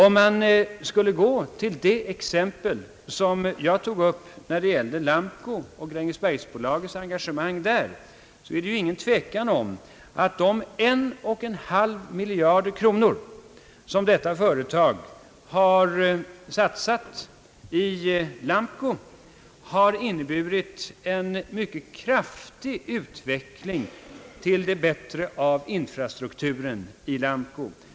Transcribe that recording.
Om man går till det exempel som jag tog upp, nämligen Lamco och Grängesbergsbolagets engagemang där, är det ingen tvekan om att de 1,5 miljarder kronor som Grängesbergsbolaget har satsat i Lamco har inneburit en mycket kraftig utveckling till det bättre av infrastrukturen i Liberia.